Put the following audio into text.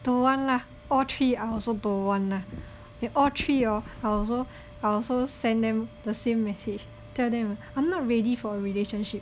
don't want lah all three I also don't want lah all three hor I also I also sent them the same message tell them I'm not ready for a relationship